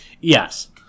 Yes